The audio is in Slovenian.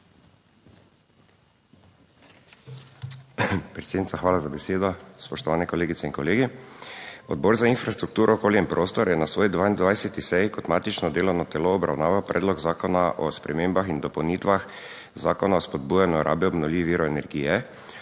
(Nadaljevanje) Spoštovane kolegice in kolegi! Odbor za infrastrukturo, okolje in prostor je na svoji 22. seji kot matično delovno telo obravnaval Predlog zakona o spremembah in dopolnitvah Zakona o spodbujanju rabe obnovljivih virov energije,